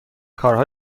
کارها